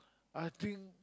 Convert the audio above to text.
I think